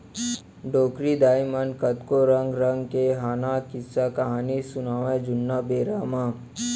डोकरी दाइ मन कतको रंग रंग के हाना, किस्सा, कहिनी सुनावयँ जुन्ना बेरा म